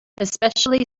especially